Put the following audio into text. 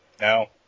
No